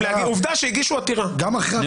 עובדה שהגישו עתירה.